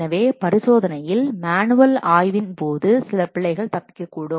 எனவே பரிசோதனையில் மேனுவல் ஆய்வின் போது சில பிழைகள் தப்பிக்கக்கூடும்